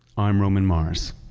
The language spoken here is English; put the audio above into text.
i'm roman mars